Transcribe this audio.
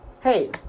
Hey